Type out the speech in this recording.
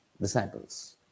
disciples